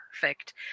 perfect